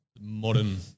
modern